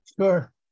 Sure